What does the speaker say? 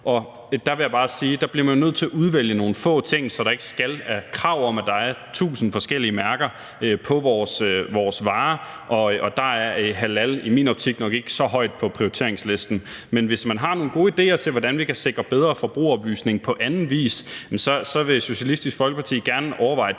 jo bliver nødt til at udvælge nogle få ting, så der ikke er krav om, at der skal være tusind forskellige mærker på vores varer, og der er halal i min optik nok ikke så højt på prioriteringslisten. Men hvis man har nogle gode idéer til, hvordan vi kan sikre bedre forbrugeroplysning på anden vis, så vil Socialistisk Folkeparti gerne overveje det,